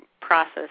process